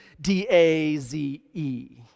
D-A-Z-E